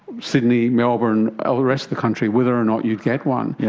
sydney, melbourne, ah the rest of the country, whether or not you get one. yeah